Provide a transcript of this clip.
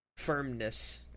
firmness